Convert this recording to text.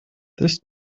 this